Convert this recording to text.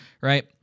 right